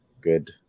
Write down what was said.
good